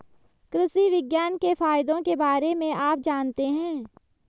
कृषि विज्ञान के फायदों के बारे में आप जानते हैं?